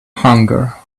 hunger